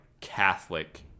Catholic